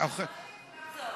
גם טעים וגם זול.